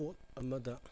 ꯄꯣꯠ ꯑꯃꯗ